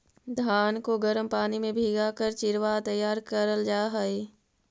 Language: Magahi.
धान को गर्म पानी में भीगा कर चिड़वा तैयार करल जा हई